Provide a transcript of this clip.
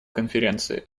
конференции